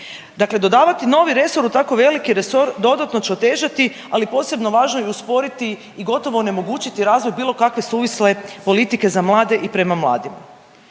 Dakle dodavati novi resor u tako veliki resor dodatno će otežati ali posebno važno i usporiti i gotovo onemogućiti razvoj bilo kakve suvisle politike za mlade i prema mladima.